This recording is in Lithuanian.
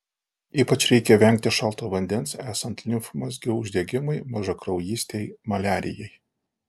ypač reikia vengti šalto vandens esant limfmazgių uždegimui mažakraujystei maliarijai